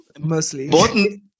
mostly